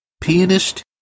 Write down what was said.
pianist